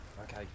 Okay